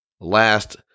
last